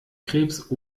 krebs